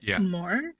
more